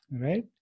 right